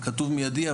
כתוב מידי,